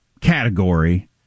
category